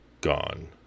gone